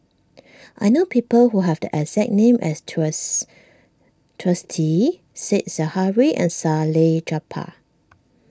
I know people who have the exact name as Twiss Twisstii Said Zahari and Salleh Japar